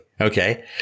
Okay